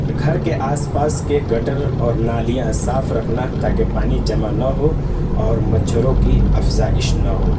گھر کے آس پاس کے گٹر اور نالیاں صاف رکھنا تاکہ پانی کے جمع نہ ہو اور مچھروں کی افزائش نہ ہو